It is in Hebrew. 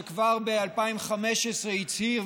שכבר ב-2015 הצהיר,